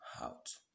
out